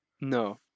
No